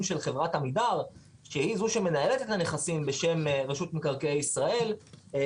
של חברת עמידר שהיא זו שמנהלת את הנכסים בשם רשות מקרקעי ישראל,